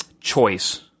choice